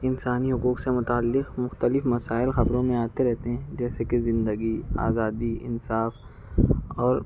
انسانی حقوق سے متعلق مختلف مسائل خبروں میں آتے رہتے ہیں جیسے کہ زندگی آزادی انصاف اور